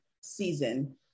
season